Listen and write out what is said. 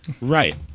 Right